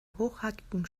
hochhackigen